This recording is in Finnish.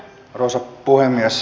arvoisa puhemies